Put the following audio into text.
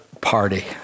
party